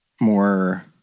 more